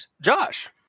Josh